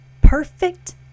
perfect